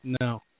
No